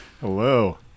Hello